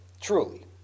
truly